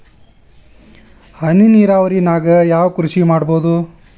ಹನಿ ನೇರಾವರಿ ನಾಗ್ ಯಾವ್ ಕೃಷಿ ಮಾಡ್ಬೋದು?